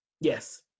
Yes